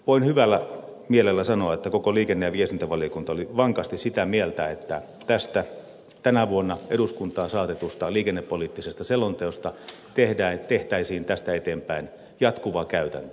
voin hyvällä mielellä sanoa että koko liikenne ja viestintävaliokunta oli vankasti sitä mieltä että tästä tänä vuonna eduskuntaan saatetusta liikennepoliittisesta selonteosta tehtäisiin tästä eteenpäin jatkuva käytäntö